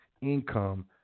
income